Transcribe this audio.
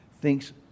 thinks